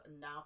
now